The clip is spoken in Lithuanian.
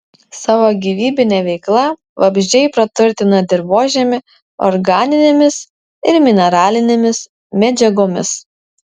savo gyvybine veikla vabzdžiai praturtina dirvožemį organinėmis ir mineralinėmis medžiagomis